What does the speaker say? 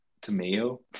Tomato